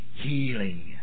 healing